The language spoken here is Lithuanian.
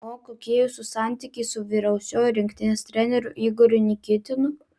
o kokie jūsų santykiai su vyriausiuoju rinktinės treneriu igoriu nikitinu